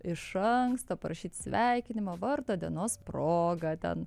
iš anksto parašyt sveikinimą vardo dienos proga ten